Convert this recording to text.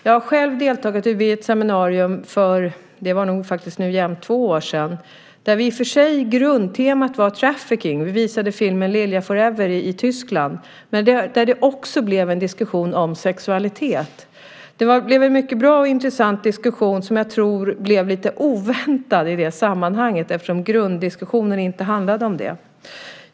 Jag har själv deltagit vid ett seminarium i Tyskland, det är nog jämnt två år sedan nu, där grundtemat i och för sig var trafficking - vi visade filmen Lilja 4-ever - men där det också blev en diskussion om sexualitet. Det blev en mycket bra och intressant diskussion som jag tror var lite oväntad i det sammanhanget eftersom grunddiskussionen inte handlade om detta.